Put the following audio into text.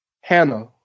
Hannah